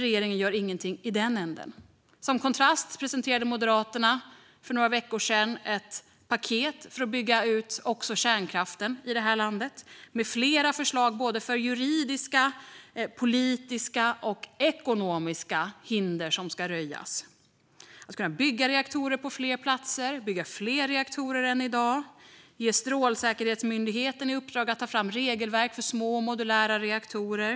Regeringen gör ingenting i den änden. Som kontrast presenterade Moderaterna för några veckor sedan ett paket för att bygga ut också kärnkraften i det här landet. Där finns flera förslag både för juridiska, politiska och ekonomiska hinder som ska undanröjas. Vi ska kunna bygga reaktorer på fler platser och bygga fler rektorer än i dag. Vi ska ge Strålsäkerhetsmyndigheten i uppdrag att ta fram regelverk för små och modulära reaktorer.